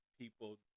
people